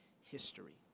history